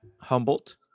Humboldt